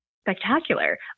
spectacular